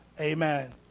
Amen